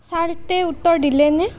Charlotte উত্তৰ দিলেনে